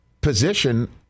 position